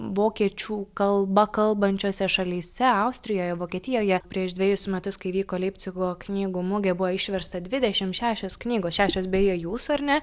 vokiečių kalba kalbančiose šalyse austrijoje vokietijoje prieš dvejus metus kai vyko leipcigo knygų mugė buvo išversta dvidešim šešios knygos šešios beje jūsų ar ne